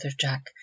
Jack